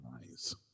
Nice